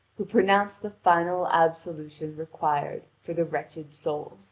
who pronounce the final absolution required for the wretched soul.